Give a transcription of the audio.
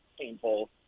painful